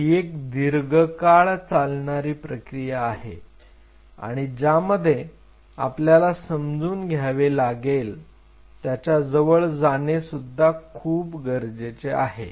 ही एक दीर्घकाळ चालणारी प्रक्रिया आहे की ज्यामध्ये आपल्याला समजून घ्यावे लागेल त्याच्या जवळ जाणे सुद्धा खूप गरजेचे आहे